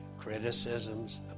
criticisms